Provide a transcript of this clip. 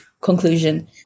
conclusion